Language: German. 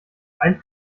ein